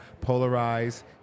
polarized